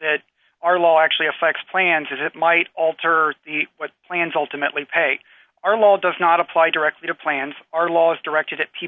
that our law actually affects plans is it might alter what plans ultimately pay our law does not apply directly to plans or laws directed at p